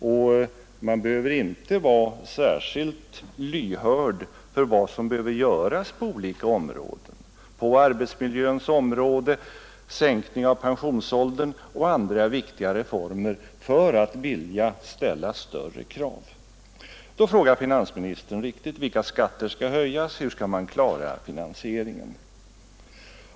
Och man behöver inte vara särskilt lyhörd för vad som behöver göras på olika områden — när det gäller arbetsmiljön, när det gäller en sänkning av pensionsåldern och när det gäller andra viktiga reformer — för att vilja ställa större krav. Då frågar finansministern alldeles riktigt: Vilka skatter skall höjas — hur skall man klara finansieringen?